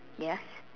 yes